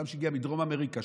אדם שהגיע מדרום אמריקה,